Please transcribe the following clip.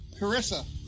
Carissa